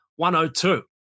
102